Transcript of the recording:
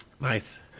Nice